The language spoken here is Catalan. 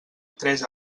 tres